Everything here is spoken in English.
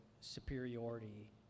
superiority